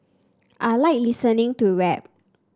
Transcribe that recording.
I like listening to rap